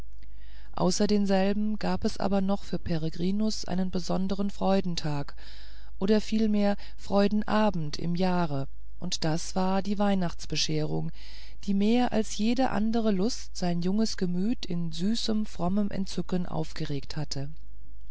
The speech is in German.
außer denselben gab es aber noch für peregrinus einen besondern freudentag oder vielmehr freudenabend im jahre und das war die weihnachtsbescherung die mehr als jede andere lust sein junges gemüt in süßem frommen entzücken aufgeregt hatte